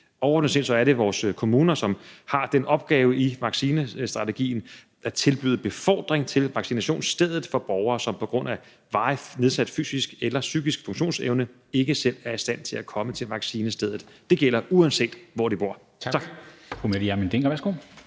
Overordnet set er det vores kommuner, der har den opgave i vaccinestrategien at tilbyde befordring til vaccinationsstedet til borgere, som på grund af varigt nedsat fysisk eller psykisk funktionsevne ikke selv er i stand til at komme til vaccinationsstedet. Det gælder, uanset hvor de bor. Tak.